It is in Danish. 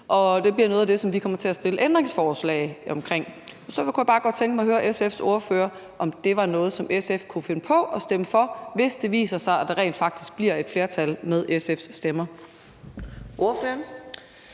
og det bliver noget af det, som vi kommer til at stille ændringsforslag til. Så kunne jeg bare godt tænke mig at høre SF's ordfører, om det var noget, som SF kunne finde på at stemme for, hvis det viser sig, at der rent faktisk bliver et flertal med SF's stemmer. Kl.